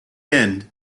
end